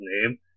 name